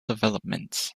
developments